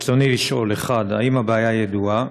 רצוני לשאול: 1. האם הבעיה ידועה?